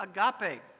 Agape